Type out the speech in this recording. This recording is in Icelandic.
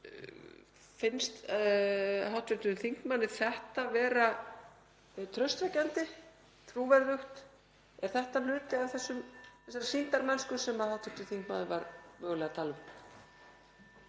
Finnst hv. þingmanni þetta vera traustvekjandi, trúverðugt? Er þetta hluti af þessari sýndarmennsku sem hv. þingmaður var mögulega að tala um?